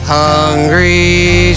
hungry